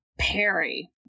Perry